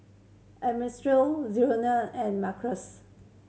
Zaire and Maurice